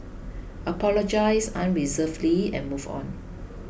apologise unreservedly and move on